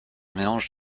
mélange